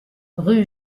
rue